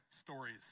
stories